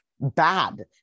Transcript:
bad